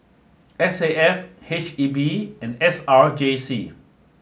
S A F H E B and S R J C